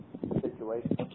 situation